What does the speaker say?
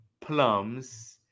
plums